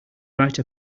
write